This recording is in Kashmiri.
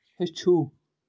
ہیٚچھِو